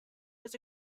was